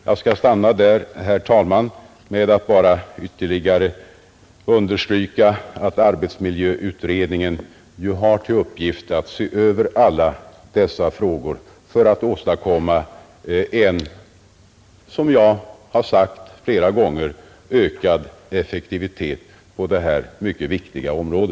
Jag skall stanna där, herr talman, och bara ytterligare understryka att arbetsmiljöutredningen har till uppgift att se över alla dessa frågor för att åstadkomma ökad effektivitet på detta mycket viktiga område.